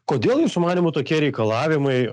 kodėl jūsų manymu tokie reikalavimai